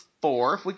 four